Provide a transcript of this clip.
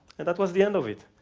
and that was the end of it.